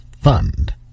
Fund